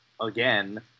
again